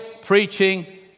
preaching